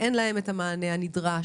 אין להם את המענה הנדרש,